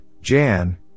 Jan